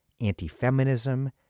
anti-feminism